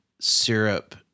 syrup